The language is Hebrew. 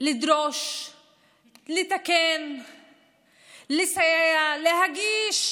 לדרוש לתקן, לסייע, להגיש?